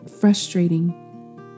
frustrating